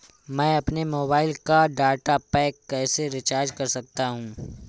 मैं अपने मोबाइल का डाटा पैक कैसे रीचार्ज कर सकता हूँ?